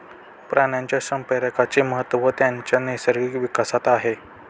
प्राण्यांच्या संप्रेरकांचे महत्त्व त्यांच्या नैसर्गिक विकासात आहे